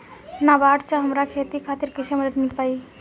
नाबार्ड से हमरा खेती खातिर कैसे मदद मिल पायी?